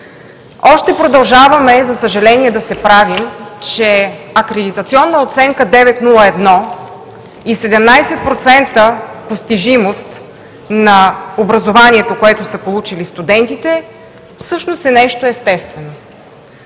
Още продължаваме, за съжаление, да се правим, че акредитационна оценка 9.01 и 17% постижимост на образованието, което са получили студентите, всъщност е нещо естествено.